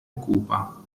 cupa